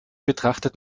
betrachtet